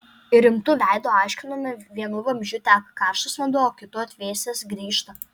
ir rimtu veidu aiškinome vienu vamzdžiu teka karštas vanduo o kitu atvėsęs grįžta